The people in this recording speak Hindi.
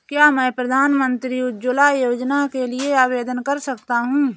क्या मैं प्रधानमंत्री उज्ज्वला योजना के लिए आवेदन कर सकता हूँ?